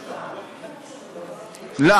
לא,